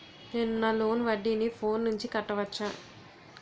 నేను నా లోన్ వడ్డీని ఫోన్ నుంచి కట్టవచ్చా?